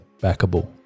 backable